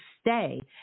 stay